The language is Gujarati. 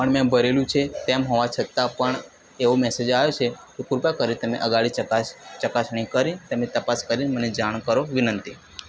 પણ મેં ભરેલું છે તેમ હોવા છતાં પણ એવો મેસેજ આવ્યો છે તો કૃપા કરી તમે અગાળી ચકાસ ચકાસણી કરી તમે તપાસ કરી મને જાણ કરો વિનંતી